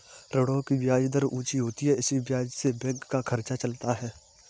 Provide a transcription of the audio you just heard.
ऋणों की ब्याज दर ऊंची होती है इसी ब्याज से बैंक का खर्चा चलता है